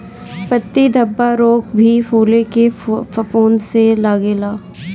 पत्ती धब्बा रोग भी फुले में फफूंद से लागेला